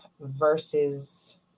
versus